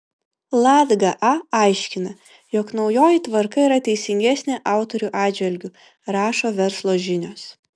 latga a aiškina jog naujoji tvarka yra teisingesnė autorių atžvilgiu rašo verslo žinios